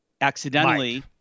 accidentally